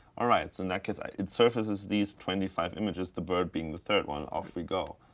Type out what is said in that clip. all right. so in that case, it surfaces these twenty five images, the bird being the third one. off we go.